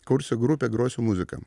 kursiu grupę grosiu muziką